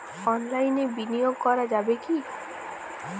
অনলাইনে বিনিয়োগ করা যাবে কি?